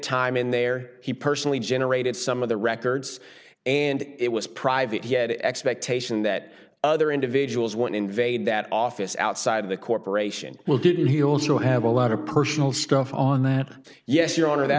time in there he personally generated some of the records and it was private he had expectation that other individuals won't invade that office outside of the corporation will didn't he also have a lot of personal stuff on that yes your honor that